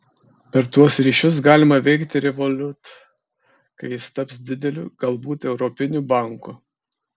per tuos ryšius galima veikti revolut kai jis taps dideliu galbūt europiniu banku